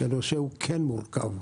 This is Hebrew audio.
הנושא הוא כן מורכב,